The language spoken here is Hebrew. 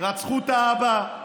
רצחו את האבא,